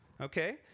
okay